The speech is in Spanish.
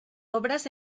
obras